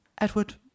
Edward